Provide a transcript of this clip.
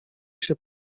się